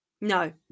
No